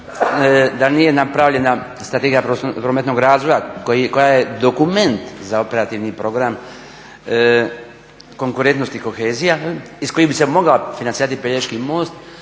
da nije napravljena Strategija prometnog razvoja koja je dokument za operativni program konkurentnosti kohezija i s kojim bi se mogao financirati Pelješki most,